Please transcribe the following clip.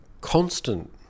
constant